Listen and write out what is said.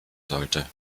sollte